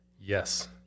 Yes